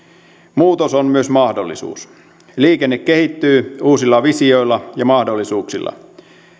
muutos on myös mahdollisuus liikenne kehittyy uusilla visioilla ja mahdollisuuksilla